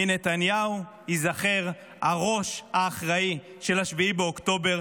מנתניהו ייזכר הראש האחראי של 7 באוקטובר.